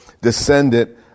descendant